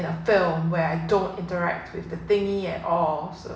the film where I don't interact with the thingy at all so